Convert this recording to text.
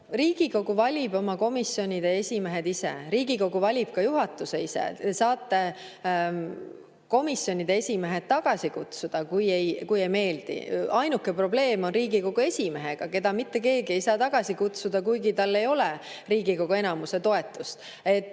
Riigikogu valib oma komisjonide esimehed ise. Riigikogu valib ka juhatuse ise. Te saate komisjonide esimehed tagasi kutsuda, kui ei meeldi. Ainuke probleem on Riigikogu esimehega, keda mitte keegi ei saa tagasi kutsuda, kuigi tal ei ole Riigikogu enamuse toetust.